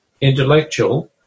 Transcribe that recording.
intellectual